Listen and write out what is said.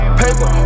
paper